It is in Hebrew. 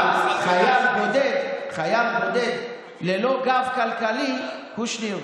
אבל חייל בודד ללא גב כלכלי, קושניר,